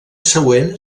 següent